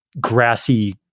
grassy